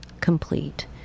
complete